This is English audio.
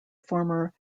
former